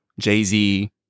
Jay-Z